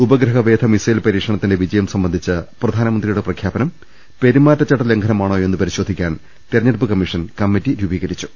ഉപഗ്രഹവേധ missile പരീക്ഷണത്തിന്റെ വിജയം സംബന്ധിച്ച പ്രധാനമന്ത്രിയുടെ പ്രഖ്യാപനം പെരുമാറ്റച്ചട്ട ലംഘനമാണോയെന്ന് പരിശോധിക്കാൻ തിരഞ്ഞെടുപ്പ് കമ്മിഷൻ കമ്മിറ്റി രൂപീകരിച്ചു